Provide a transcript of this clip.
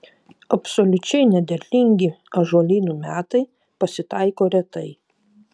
absoliučiai nederlingi ąžuolynų metai pasitaiko retai